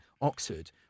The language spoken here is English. Oxford